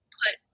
put